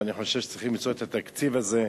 ואני חושב שצריכים למצוא את התקציב הזה.